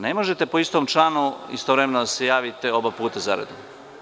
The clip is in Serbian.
Ne možete po istom članu istovremeno oba puta da se javite zaredom.